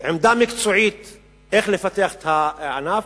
לעמדה המקצועית איך לפתח את הענף,